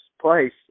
place